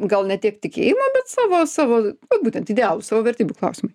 gal ne tiek tikėjimo bet savo savo būtent idealų savo vertybių klausimai